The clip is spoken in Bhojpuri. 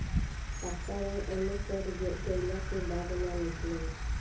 पक्का रंग एइमे चढ़ गईला के बाद ना निकले ला